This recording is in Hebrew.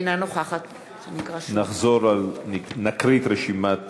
אינה נוכחת נקריא את רשימת